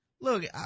Look